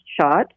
shot